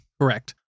Correct